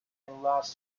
enlarged